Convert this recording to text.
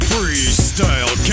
Freestyle